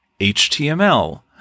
HTML